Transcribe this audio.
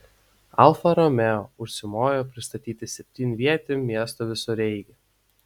alfa romeo užsimojo pristatyti septynvietį miesto visureigį